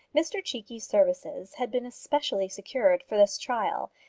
mr cheekey's services had been especially secured for this trial,